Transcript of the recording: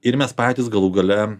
ir mes patys galų gale